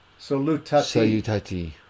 Salutati